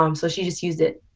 um so she just used it.